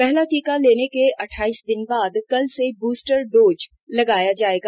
पहला टीका लेने के अठाइस दिन बाद कल से ब्रस्टर डोज लगाया जाएगा